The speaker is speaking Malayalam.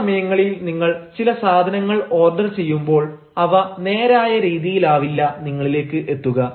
ചില സമയങ്ങളിൽ നിങ്ങൾ ചില സാധനങ്ങൾ ഓർഡർ ചെയ്യുമ്പോൾ അവ നേരായ രീതിയിലാവില്ല നിങ്ങളിലേക്ക് എത്തുക